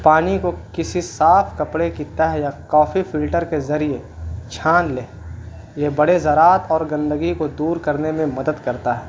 پانی کو کسی صاف کپڑے ک ہے یا کافی فلٹر کے ذریعے چھان لیں یہ بڑے زراعت اور گندگی کو دور کرنے میں مدد کرتا ہے